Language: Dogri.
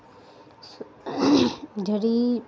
हून जेह्ड़ी